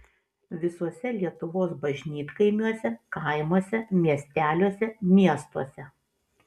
visuose lietuvos bažnytkaimiuose kaimuose miesteliuose miestuose